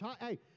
Hey